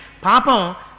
papa